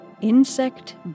Insect